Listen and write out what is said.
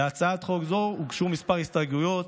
להצעת החוק הוגשו כמה הסתייגויות.